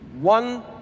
One